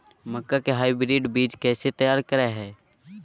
मक्का के हाइब्रिड बीज कैसे तैयार करय हैय?